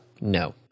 No